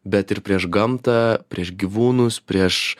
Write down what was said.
bet ir prieš gamtą prieš gyvūnus prieš